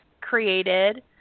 created